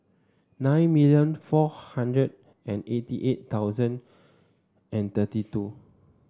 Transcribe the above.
nine million four hundred and eighty eight thousand and thirty two